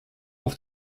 auf